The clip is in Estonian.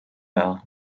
aja